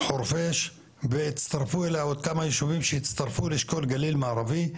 חורפיש והצטרפו אליה עוד כמה יישובים שהצטרפו לאשכול גליל מערבי,